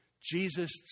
Jesus